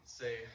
say